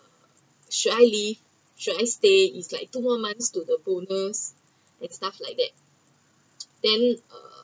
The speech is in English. should I leave should I stay it’s like two more months to a bonus that stuff like that then uh